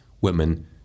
women